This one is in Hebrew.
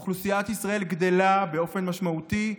אוכלוסיית ישראל גדלה באופן משמעותי,